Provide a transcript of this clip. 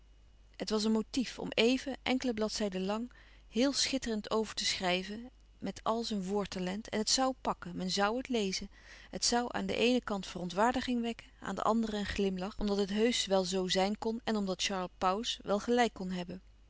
het was een motief om éven enkele bladzijden lang heel schitterend over te schrijven met àl zijn woordtalent en het zoû pakken men zoû het lezen het zoû aan den eenen kant verontwaardiging wekken aan den anderen een glimlach omdat het heusch wel zoo zijn kon en omdat charles pauws wel gelijk kon hebben